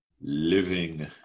living